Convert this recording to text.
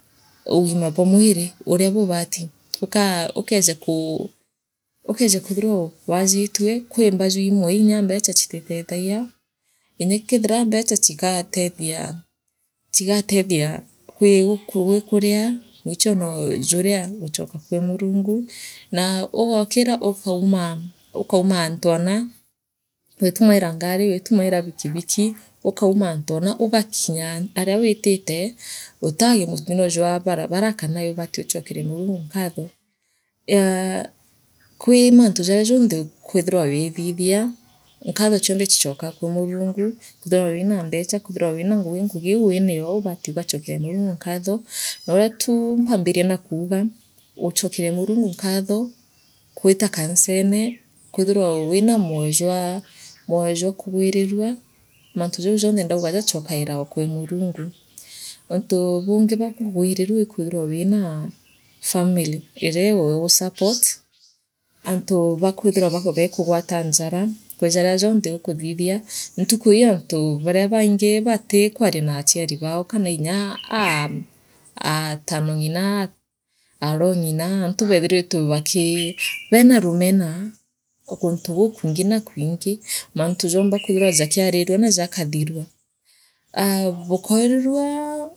U ugima bwa mwiri uria bubaatu ukaa ukeeja ku ukeeja kwithirwa waajitue kwi mbajuaimwe nya mbecha chititeethagia inya kethira mbecha chikatethia chigatethia gu gwikuria mwicho noojuria guchoka kwi Murungu naa ugookira ukauma ukauma antu aana witumaira ngari witumaira bikibiki ukauma antu anaa ugakinya aria wiitite utaagia mutiro jwa barabara kana ii ubati uchookerir Murungu nkatho eeya kwi mantu jaria jonthe ukithirwa wiithithia nkatho chionthe chichokaa kwi Murungu kwithirwa wira mbecha kwithirwa wira ngugi ngugiu winio ubati ugachookeria Murungu nkaatho ouria tu mpambiririe raa kuuga guu chokeria Murungu nkatho gwita kanisene kwithirwa wiina moyo jwa moyo jwa kugwirirua mantu jau jonthe ndauga jachokaire oo kwi Murungu untu bungi bwa kugwirirua ikwithirwa wiina family iriegu gusupport antu baakwithirwa ba beekugwata njara kwi jaria jonthe ukuthithia ntuku ii antu batia baingi batiikwaria naachaiari bao kana aa aa aatonongina aarongina antu beethiritwe bakii beena rumena guntu gukwingi na kwingi mantu jomba kwithirwa jakiarirua na jakathirua aa bukoorirua a.